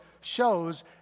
shows